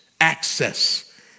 access